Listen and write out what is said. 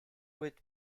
with